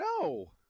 no